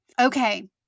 Okay